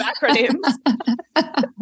acronyms